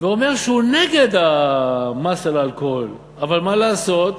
ואומר שהוא נגד המס על האלכוהול, אבל מה לעשות,